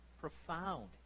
profound